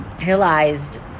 realized